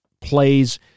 plays